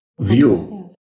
View